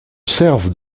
servent